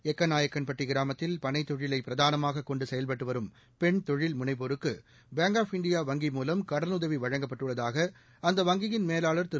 எக்கநாயக்கன்பட்டி கிராமத்தில் பனைத் தொழிலை பிரதானமாகக் கொண்டு செயல்பட்டு வரும் பெண் தொழில்முனைவோருக்கு பேங்க் ஆப் இந்தியா வங்கி மூலம் கடனுதவி வழங்கப்பட்டுள்ளதாக அந்த வங்கியின் மேலாளர் திரு